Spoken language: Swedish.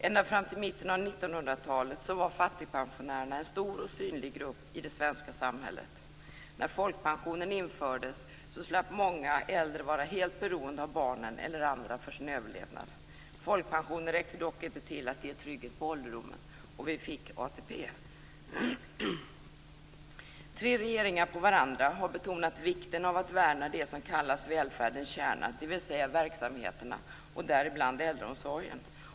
Ända fram till mitten av 1900-talet var fattigpensionärerna en stor och synlig grupp i det svenska samhället. När folkpensionen infördes slapp många äldre vara helt beroende av barnen eller andra för sin överlevnad. Folkpensionen räckte dock inte till för att ge trygghet på ålderdomen och vi fick ATP. Tre på varandra följande regeringar har betonat vikten av att värna det som kallas välfärdens kärna, dvs. verksamheterna och däribland äldreomsorgen.